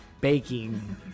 Baking